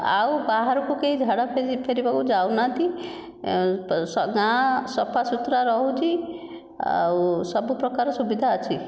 ଆଉ ବାହାରକୁ କେହି ଝାଡ଼ା ଫେରି ଫେରିବାକୁ ଯାଉନାହାନ୍ତି ତ ଗାଁ ସଫା ସୁତୁରା ରହୁଛି ଆଉ ସବୁପ୍ରକାର ସୁବିଧା ଅଛି